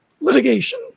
litigation